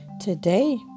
Today